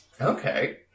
Okay